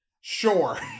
Sure